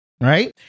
right